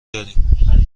داریم